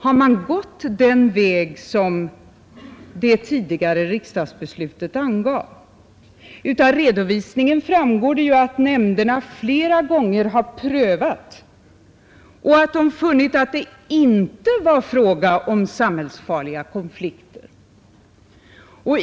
Har man gått den väg som det tidigare riksdagsbeslutet angav? Av redovisningen framgår att nämnderna flera gånger prövat och funnit att det inte var fråga om samhällsfarliga konflikter.